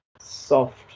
soft